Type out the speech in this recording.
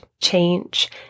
change